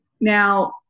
Now